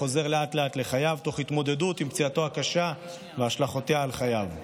וחוזר לאט-לאט לחייו תוך התמודדות עם פציעתו הקשה והשלכותיה על חייו.